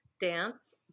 Dance